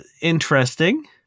interesting